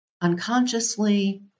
unconsciously